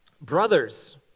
Brothers